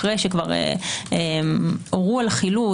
אחרי שכבר הורו על חילוט,